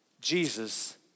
Jesus